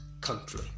country